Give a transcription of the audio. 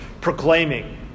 proclaiming